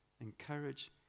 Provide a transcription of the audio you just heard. Encourage